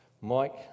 Mike